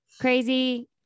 Crazy